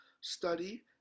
study